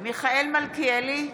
מיכאל מלכיאלי,